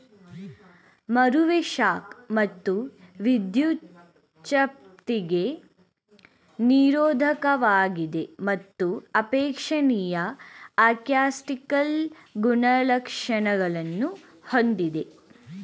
ಮರವು ಶಾಖ ಮತ್ತು ವಿದ್ಯುಚ್ಛಕ್ತಿಗೆ ನಿರೋಧಕವಾಗಿದೆ ಮತ್ತು ಅಪೇಕ್ಷಣೀಯ ಅಕೌಸ್ಟಿಕಲ್ ಗುಣಲಕ್ಷಣಗಳನ್ನು ಹೊಂದಿದೆ